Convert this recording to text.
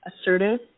assertive